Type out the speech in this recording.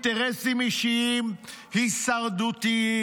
עבור אינטרסים אישיים הישרדותיים.